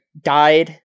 died